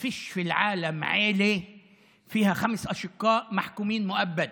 והאשמה של ראש האופוזיציה שהוא הצביע בעד ההתנתקות.